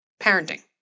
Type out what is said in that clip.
parenting